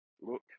look